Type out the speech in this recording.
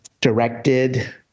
directed